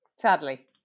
sadly